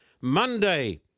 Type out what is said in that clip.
Monday